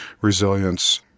resilience